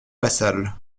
lassalle